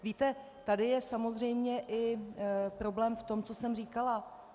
Víte, tady je samozřejmě i problém v tom, co jsem říkala.